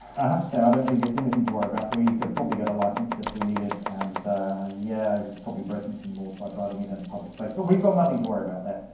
i have to say. i and and think it's anything to worry about. we could probably get a license if we needed. and yeah, he's probably breaking some laws by driving it in a public place, but we've got nothing to worry about there.